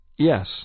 Yes